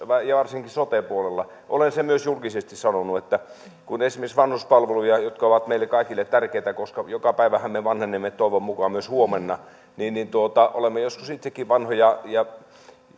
varsinkin sote puolella olen sen myös julkisesti sanonut on se että kun on esimerkiksi vanhuspalveluja jotka ovat meille kaikille tärkeitä koska joka päivähän me vanhenemme toivon mukaan myös huomenna niin niin olemme joskus itsekin vanhoja ja